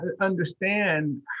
understand